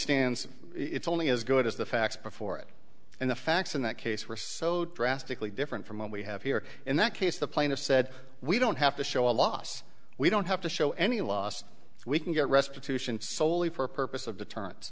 stands it's only as good as the facts before it and the facts in that case were so drastically different from what we have here in that case the plaintiff said we don't have to show a loss we don't have to show any loss we can get restitution soley for a purpose of deterren